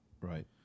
Right